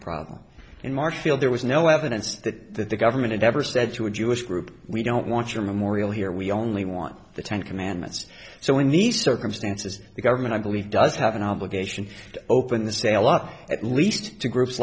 problem in marshfield there was no evidence that the government ever said to a jewish group we don't want your memorial here we only want the ten commandments so in these circumstances the government i believe does have an obligation to open the sale up at least to groups